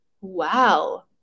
Wow